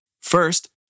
First